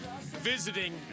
visiting